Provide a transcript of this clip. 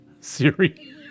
Siri